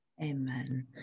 Amen